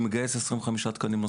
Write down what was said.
אני מגייס 25 תקנים נוספים.